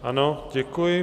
Ano, děkuji.